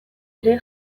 ere